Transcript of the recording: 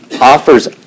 offers